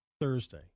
Thursday